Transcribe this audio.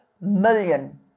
million